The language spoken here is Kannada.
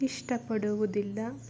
ಇಷ್ಟಪಡುವುದಿಲ್ಲ